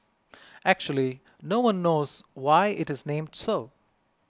actually no one knows why it is named so